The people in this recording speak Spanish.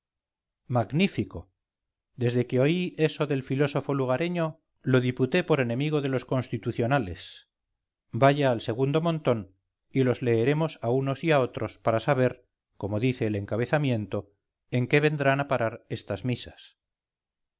magnífico desde que oí eso del filósofo lugareño lo diputé por enemigo de los constitucionales vaya al segundo montón y los leeremos a unos y a otros para saber como dice el encabezamiento en qué vendrán a parar estas misas